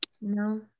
No